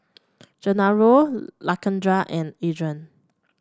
Gennaro Lakendra and Adrain